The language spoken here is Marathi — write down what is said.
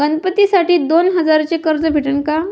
गणपतीसाठी दोन हजाराचे कर्ज भेटन का?